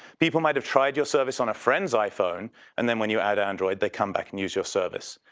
people might've tried your service on a friend's iphone and then when you add an android they come back and use your service.